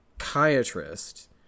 psychiatrist